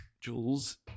Jules